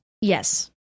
yes